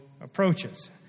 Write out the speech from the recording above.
approaches